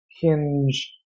hinge